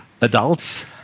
adults